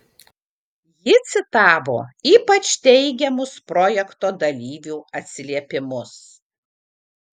ji citavo ypač teigiamus projekto dalyvių atsiliepimus